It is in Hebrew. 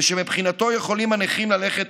ושמבחינתו יכולים הנכים ללכת,